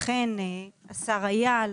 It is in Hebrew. אכן השר היה,